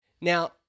Now